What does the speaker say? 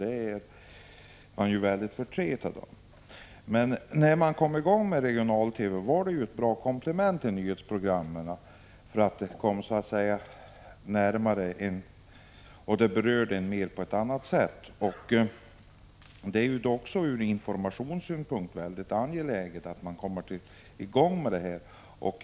Detta är man mycket förtretad över. När man kom i gång med regional-TV var det ett bra komplement till nyhetsprogrammen, därför att de kom en närmare och berörde en på ett annat sätt. Även från informationssynpunkt är det angeläget att sändningarna kommer i gång ordentligt.